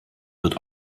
wird